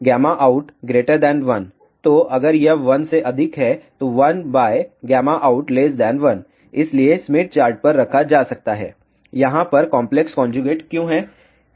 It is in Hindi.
तो अगर यह 1 से अधिक है 1out1 इसलिए स्मिथ चार्ट पर रखा जा सकता है यहाँ पर कॉम्प्लेक्स कन्ज्यूगेट क्यों है